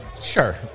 Sure